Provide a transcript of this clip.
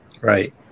Right